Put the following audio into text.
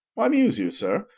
why muse you, sir?